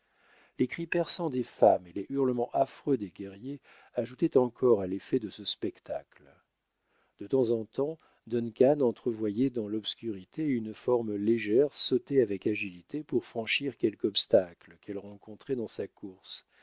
les cris perçants des femmes et les hurlements affreux des guerriers ajoutaient encore à l'effet de ce spectacle de temps en temps duncan entrevoyait clans l'obscurité une forme légère sauter avec agilité pour franchir quelque obstacle qu'elle rencontrait dans sa course